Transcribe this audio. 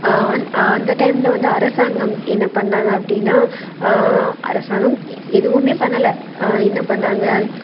அந்த டைம்ல வந்து அரசாங்கம் என்ன பண்ணாங்க அப்படினா அரசாங்கம் எதுவுமே பண்ணலை என்ன பண்ணாங்க